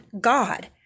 God